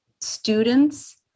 students